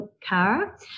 Kara